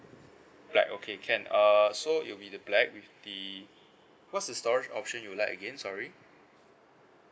black okay can err so it'll be the black with the what's the storage option you'd like again sorry